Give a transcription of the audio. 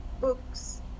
books